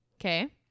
Okay